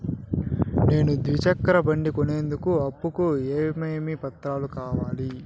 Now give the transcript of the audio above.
నేను ద్విచక్ర బండి కొనేందుకు అప్పు కు ఏమేమి పత్రాలు కావాలి?